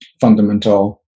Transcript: fundamental